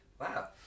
Wow